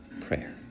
prayer